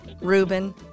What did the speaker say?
Reuben